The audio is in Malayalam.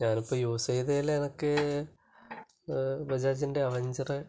ഞാൻ ഇപ്പം യൂസ് ചെയ്തതിൽ എനിക്ക് ബജാജിൻ്റെ അവഞ്ചറ്